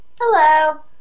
Hello